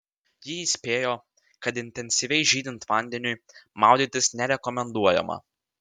ji įspėjo kad intensyviai žydint vandeniui maudytis nerekomenduojama